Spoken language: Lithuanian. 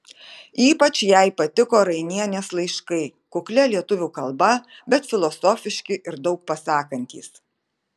ypač jai patiko rainienės laiškai kuklia lietuvių kalba bet filosofiški ir daug pasakantys